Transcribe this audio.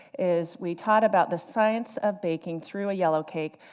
is we taught about the science of baking through yellow cake.